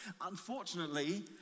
unfortunately